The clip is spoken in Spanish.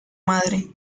madre